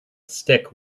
stick